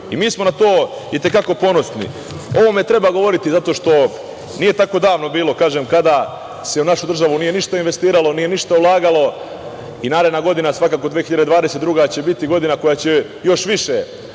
i mi smo na to i te kako ponosni.O ovome treba govoriti, zato što nije tako davno bilo kada se u našu državu nije ništa investiralo, nije ništa ulagalo. Naredna godina, 2022. godina će biti godina koja će još više